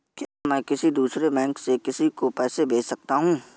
क्या मैं किसी दूसरे बैंक से किसी को पैसे भेज सकता हूँ?